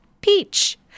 peach